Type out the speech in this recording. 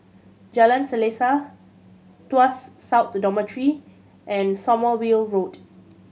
Jalan Selaseh Tuas South Dormitory and Sommerville Road